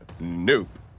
nope